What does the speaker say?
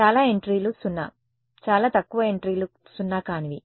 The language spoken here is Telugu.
చాలా ఎంట్రీలు సున్నా చాలా తక్కువ ఎంట్రీలు సున్నా కానివి